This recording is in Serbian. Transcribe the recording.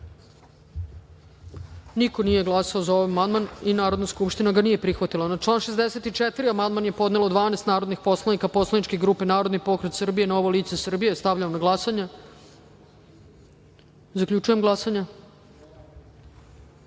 niko nije glasao za ovaj amandman. Narodna skupština ga nije prihvatila. Na član 83. amandman je podnelo 12 narodnih poslanika poslaničke grupe Narodni pokret Srbije – Novo lice Srbije. Stavljam na glasanje ovaj amandman. Zaključujem glasanje: